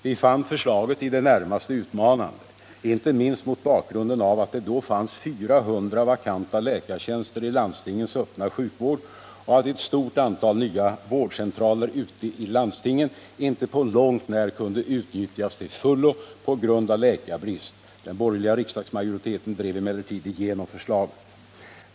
Vi fann förslaget i det närmaste utmanande, inte minst mot bakgrunden av att det fanns 400 vakanta läkartjänster i landstingens öppna sjukvård och att ett stort antal nya vårdcentraler ute i landstingen inte på långt när kunde utnyttjas till fullo på grund av läkarbrist. Den borgerliga riksdagsmajoriteten drev emellertid igenom förslaget.